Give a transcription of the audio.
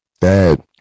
Dad